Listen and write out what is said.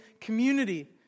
community